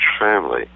family